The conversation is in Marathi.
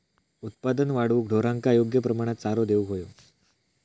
उत्पादन वाढवूक ढोरांका योग्य प्रमाणात चारो देऊक व्हयो